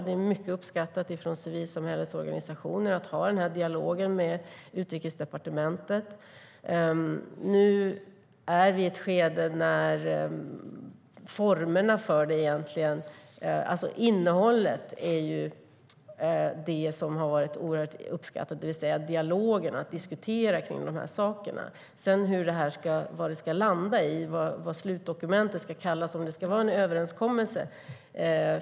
Det är mycket uppskattat från civilsamhällesorganisationer att ha dialogen med Utrikesdepartementet. Det är innehållet som har varit oerhört uppskattat, det vill säga dialogerna och diskussionen. Sedan är frågan vad slutdokumentet ska kallas, om det ska vara en överenskommelse.